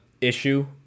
issue